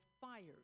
fired